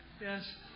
yes